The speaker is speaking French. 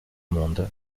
monde